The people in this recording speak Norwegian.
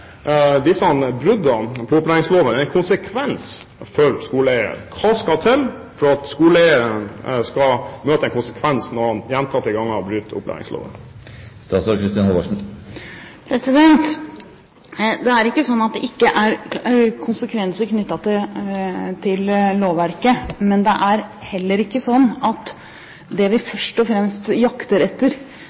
disse bruddene på opplæringsloven skal få konsekvenser for skoleeieren? Hva skal til for at det skal få konsekvenser for skoleeieren når skoleeieren gjentatte ganger bryter opplæringsloven? Det er ikke slik at det ikke er konsekvenser knyttet til brudd på lovverket, men det er heller ikke slik at det vi først og fremst jakter